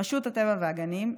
רשות הטבע והגנים,